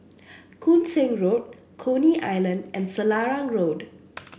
Koon Seng Road Coney Island and Selarang Road